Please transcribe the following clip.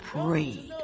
prayed